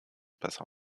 besser